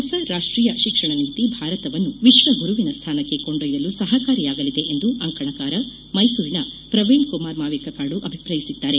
ಹೊಸ ರಾಷ್ಟೀಯ ಶಿಕ್ಷಣ ನೀತಿ ಭಾರತವನ್ನು ವಿಶ್ವ ಗುರುವಿನ ಸ್ಥಾನಕ್ಕೆ ಕೊಂಡೊಯ್ಯಲು ಸಹಕಾರಿಯಾಗಲಿದೆ ಎಂದು ಅಂಕಣಕಾರ ಮೈಸೂರಿನ ಪ್ರವೀಣ್ ಕುಮಾರ್ ಮಾವಿಕ ಕಾದು ಅಭಿಪ್ರಾಯಿಸಿದ್ದಾರೆ